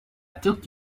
took